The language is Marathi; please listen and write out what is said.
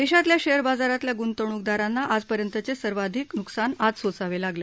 देशातल्या शेअर बाजारातल्या गृंतवणुकदारांना आजपर्यंतचे सर्वाधिक नुकसान आज सोसावे लागले